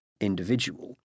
individual